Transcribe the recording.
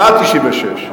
מה ב-1996?